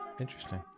interesting